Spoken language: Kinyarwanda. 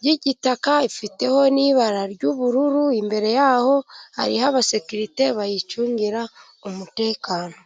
ry'igitaka, ifiteho n'ibara ry'ubururu, imbere yaho hariho abasekirite bayicungira umutekano.